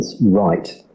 right